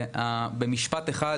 במשפט אחד,